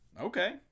Okay